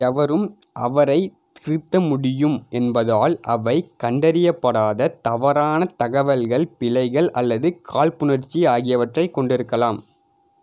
எவரும் அவரை திருத்த முடியும் என்பதால் அவை கண்டறியப்படாத தவறான தகவல்கள் பிழைகள் அல்லது காழ்ப்புணர்ச்சி ஆகியவற்றைக் கொண்டிருக்கலாம்